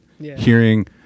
hearing